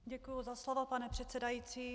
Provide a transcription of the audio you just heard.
Děkuji za slovo, pane předsedající.